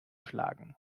schlagen